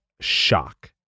shock